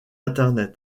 internet